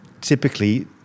typically